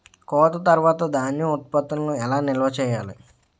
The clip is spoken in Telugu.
కోత తర్వాత ధాన్యం ఉత్పత్తులను ఎలా నిల్వ చేయాలి?